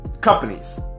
companies